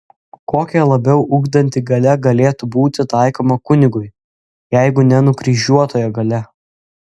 kokia labiau ugdanti galia galėtų būti taikoma kunigui jeigu ne nukryžiuotojo galia